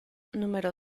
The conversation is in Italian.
numero